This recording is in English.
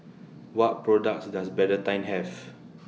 What products Does Betadine Have